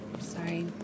Sorry